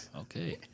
Okay